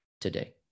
today